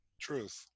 truth